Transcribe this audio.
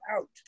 out